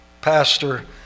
pastor